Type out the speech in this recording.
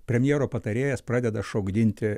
premjero patarėjas pradeda šokdinti